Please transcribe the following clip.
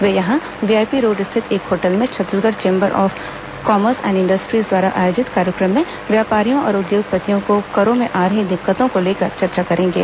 वे यहां VIP road स्थित एक होटल में Chhattisgarh chamber of commerce and industries द्वारा आयोजित कार्यक्रम में व्यापारियों और उद्योगपतियों को करों में आ रही दिक्कतों को लेकर चर्चा करेंगे